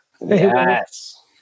Yes